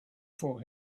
for